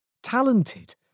talented